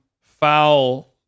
foul